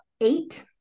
eight